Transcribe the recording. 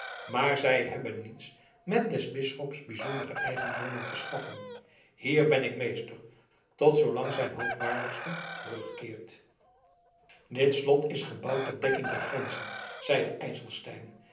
maar zij hebben niets met des bisschops bijzondere eigendommen te schaffen hier ben ik meester tot zoolang zijn hoogwaardigste terugkeert dit slot is gebouwd tot dekking der grenzen zeide ijselstein